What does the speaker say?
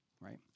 right